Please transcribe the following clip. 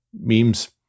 memes